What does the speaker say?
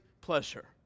pleasure